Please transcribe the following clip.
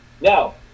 Now